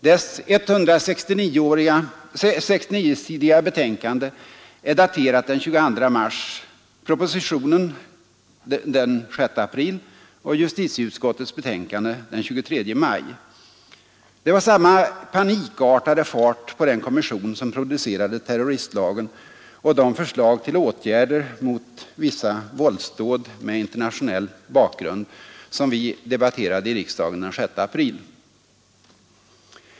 Dess 169-sidiga betänkande är daterat den 22 mars, propositionen den 6 april och justitieutskottets betänkande den 23 maj. Det var samma panikartade fart på den kommission som producerade terroristlagen och de förslag till ”åtgärder mot vissa våldsdåd med internationell bakgrund” som vi debatterade i riksdagen den 6 april.